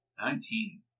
Nineteen